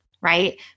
right